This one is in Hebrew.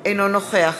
אינו נוכח